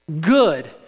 good